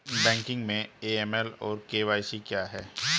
Banking में AML और KYC क्या हैं?